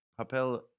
papel